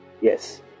Yes